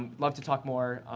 and love to talk more.